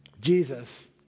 Jesus